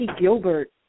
Gilbert